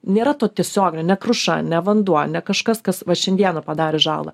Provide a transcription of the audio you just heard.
nėra to tiesioginio ne kruša ne vanduo ne kažkas kas va šiandieną padarė žalą